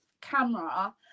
camera